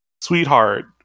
sweetheart